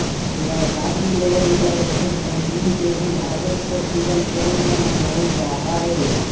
वैशाखी, लोहरी और वसंत पंचमी के भी हार्वेस्ट फेस्टिवल के रूप में मनावल जाहई